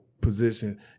position